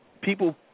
people